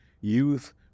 youth